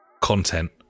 content